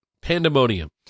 Pandemonium